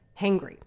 Hangry